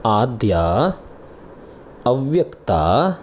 आद्या अव्यक्ता